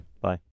Bye